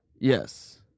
Yes